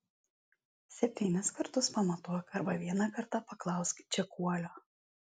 septynis kartus pamatuok arba vieną kartą paklausk čekuolio